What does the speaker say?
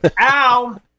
ow